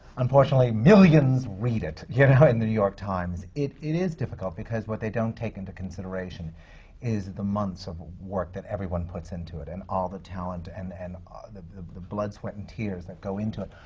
unfortunately, millions read it, yeah you know, in the new york times. it it is difficult, because what they don't take into consideration is the months of ah work that everyone puts into it, and all the talent and and ah the the blood, sweat and tears that go into it.